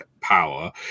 power